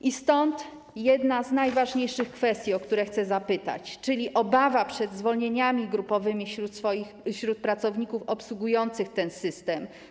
I stąd jedna z najważniejszych kwestii, o które chcę zapytać, czyli obawa przed zwolnieniami grupowymi wśród pracowników obsługujących ten system.